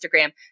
Instagram